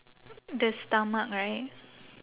the stomach right